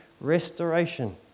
restoration